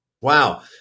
Wow